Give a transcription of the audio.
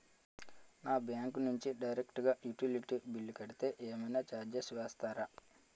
నా బ్యాంక్ నుంచి డైరెక్ట్ గా యుటిలిటీ బిల్ కడితే ఏమైనా చార్జెస్ వేస్తారా?